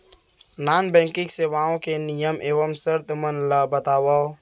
non banking सेवाओं के नियम एवं शर्त मन ला बतावव